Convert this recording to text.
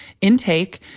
intake